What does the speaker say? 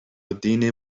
الدین